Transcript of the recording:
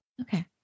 Okay